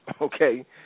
okay